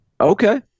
Okay